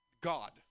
God